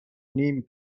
نیم